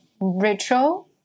ritual